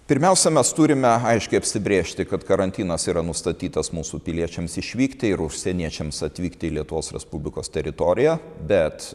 pirmiausia mes turime aiškiai apsibrėžti kad karantinas yra nustatytas mūsų piliečiams išvykti ir užsieniečiams atvykti į lietuvos respublikos teritoriją bet